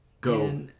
go